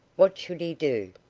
what should he do?